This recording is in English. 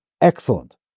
excellent